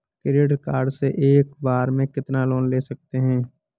Credit card से एक बार में कितना लोन ले सकते हैं?